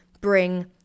bring